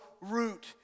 root